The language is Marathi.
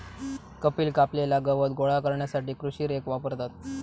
कपिल कापलेला गवत गोळा करण्यासाठी कृषी रेक वापरता